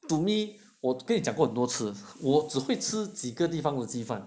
to me 我跟你讲过很多次我只会吃几个地方的鸡饭